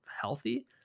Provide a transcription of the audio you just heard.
healthy